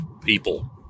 people